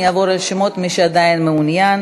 אני אעבור על הרשימות, מי שעדיין מעוניין.